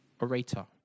orator